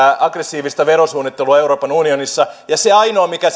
aggressiivista verosuunnittelua euroopan unionissa ja se ainoa mikä